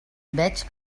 veig